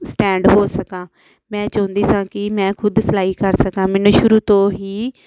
stand ਹੋ ਸਕਾਂ ਮੈਂ ਚਾਹੁੰਦੀ ਸਾਂ ਕਿ ਮੈਂ ਖ਼ੁਦ ਸਿਲਾਈ ਕਰ ਸਕਾਂ ਮੈਨੂੰ ਸ਼ੁਰੂ ਤੋਂ ਹੀ